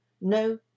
No